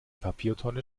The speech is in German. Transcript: papiertonne